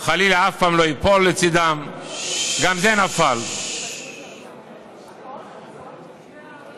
חלילה, אף פעם לא ייפול לצידם.